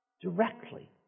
directly